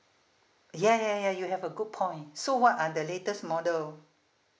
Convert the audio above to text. ya ya ya you have a good point so what are the latest model